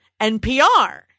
NPR